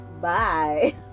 Bye